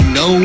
no